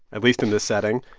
at least in this setting.